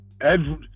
Ed